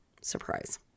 Surprise